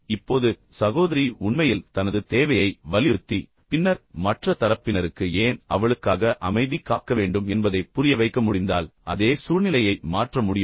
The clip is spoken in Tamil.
இப்போது சகோதரி உண்மையில் தனது தேவையை வலியுறுத்தி பின்னர் மற்ற தரப்பினருக்கு ஏன் அவளுக்காக அமைதி காக்க வேண்டும் என்பதைப் புரியவைக்க முடிந்தால் அதே சூழ்நிலையை மாற்ற முடியும்